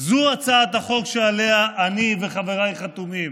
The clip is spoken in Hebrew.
זו הצעת החוק שעליה אני וחבריי חתומים.